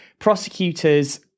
prosecutors